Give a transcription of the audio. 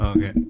Okay